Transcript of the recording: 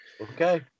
Okay